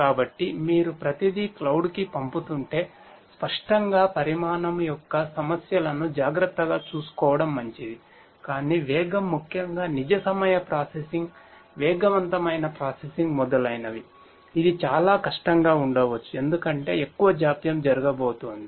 కాబట్టి మీరు ప్రతిదీ క్లౌడ్ సర్వేలో ఉంది